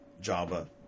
Java